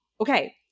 okay